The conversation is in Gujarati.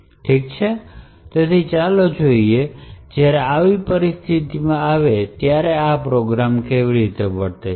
ઠીક છે તેથી ચાલો જોઈએ કે જ્યારે આવી પરિસ્થિતિ આવે છે ત્યારે આ પ્રોગ્રામ કેવી રીતે વર્તે છે